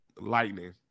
Lightning